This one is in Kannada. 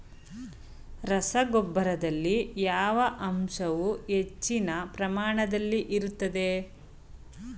ರಸಗೊಬ್ಬರದಲ್ಲಿ ಯಾವ ಅಂಶವು ಹೆಚ್ಚಿನ ಪ್ರಮಾಣದಲ್ಲಿ ಇರುತ್ತದೆ?